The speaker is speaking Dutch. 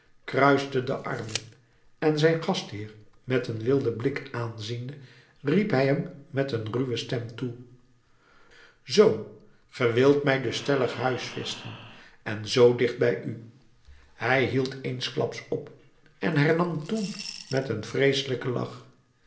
kruiste de armen en zijn gastheer met een wilden blik aanziende riep hij hem met een ruwe stem toe zoo ge wilt mij dus stellig huisvesten en zoo dicht bij u hij hield eensklaps op en hernam toen met een vreeselijken lach